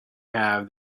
have